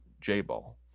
J-Ball